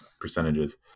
percentages